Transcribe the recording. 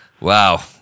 Wow